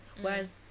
Whereas